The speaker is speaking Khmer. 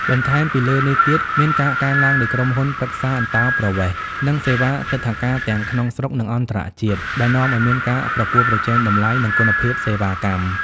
បន្ថែមពីលើនេះទៀត មានការកើនឡើងនៃក្រុមហ៊ុនប្រឹក្សាអន្តោប្រវេសន៍ និងសេវាទិដ្ឋាការទាំងក្នុងស្រុក និងអន្តរជាតិ ដែលនាំឱ្យមានការប្រកួតប្រជែងតម្លៃ និងគុណភាពសេវាកម្ម។